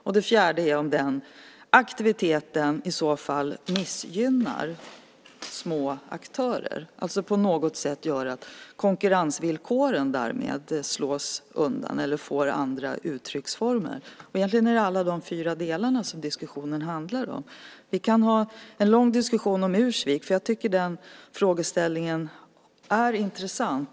För det fjärde: Missgynnar den aktiviteten i så fall små aktörer? Gör det på något sätt att konkurrensvillkoren därmed slås undan eller får andra uttrycksformer? Egentligen är det alla de fyra delarna som diskussionen handlar om. Vi kan ha en lång diskussion om Ursvik, för jag tycker att den frågeställningen är intressant.